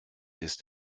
ist